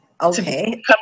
Okay